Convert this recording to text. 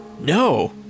No